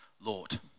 Lord